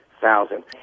thousand